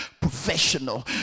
professional